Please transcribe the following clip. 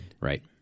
Right